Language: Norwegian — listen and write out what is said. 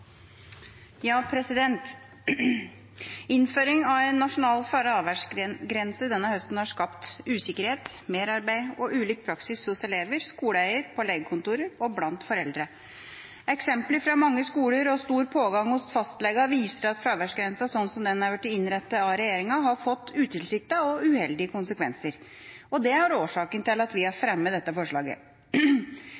Ja. Da har representanten Anders Tyvand tatt opp forslagene nr. 2 og 3. Innføring av en nasjonal fraværsgrense denne høsten har skapt usikkerhet, merarbeid og ulik praksis hos elevene, skoleeier, på legekontorene og blant foreldrene. Eksempler fra mange skoler og stor pågang hos fastlegene viser at fraværsgrensen slik den er blitt innrettet av regjeringa, har fått utilsiktede og uheldige konsekvenser. Det er årsaken til at vi har